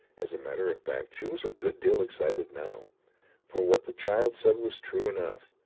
as a matter of fact she was a good deal excited now for what the child said was true enough.